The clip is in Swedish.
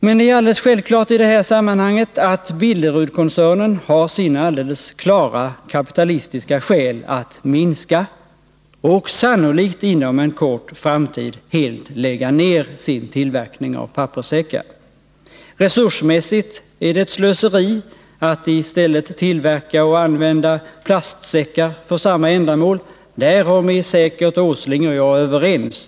Men det är alldeles självklart i det här sammanhanget att Billerudkoncernen har sina alldeles klara kapitalistiska skäl att minska — och sannolikt inom en kort framtid helt lägga ner — sin tillverkning av papperssäckar. Resursmässigt är det ett slöseri att i stället tillverka och använda plastsäckar församma ändamål. Därom är säkert Nils Åsling och jag överens.